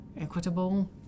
equitable